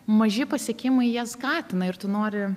maži pasiekimai jie skatina ir tu nori